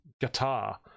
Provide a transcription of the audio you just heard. guitar